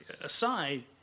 aside